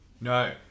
No